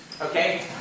Okay